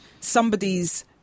somebody's